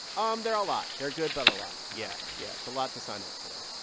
um they're a lot. they're good but a lot. yeah. yeah. it's a lot to sign up for.